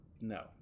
no